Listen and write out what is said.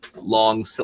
long